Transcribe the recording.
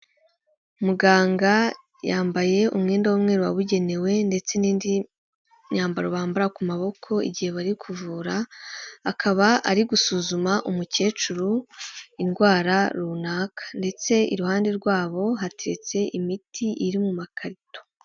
Muganga yambaye umwenda w'umweru wabugenewe ndetse n'indi myambaro bambara ku maboko igihe bari kuvura, akaba ari gusuzuma umukecuru indwara runaka ndetse iruhande rwabo hateretse imiti iri mu makarito.